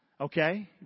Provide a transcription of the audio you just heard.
Okay